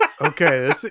Okay